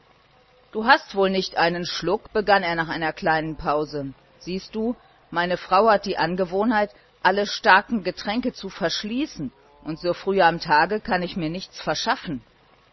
du hast wohl nicht einen schluck begann er nach einer kleinen pause siehst du meine frau hat die angewohnheit alle starken getränke zu verschließen und so früh am tage kann ich mir nichts verschaffen